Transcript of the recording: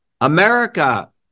America